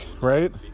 right